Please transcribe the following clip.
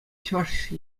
чӑваш